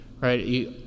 right